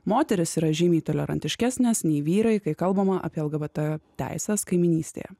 moterys yra žymiai tolerantiškesnės nei vyrai kai kalbama apie lgbt teises kaimynystėje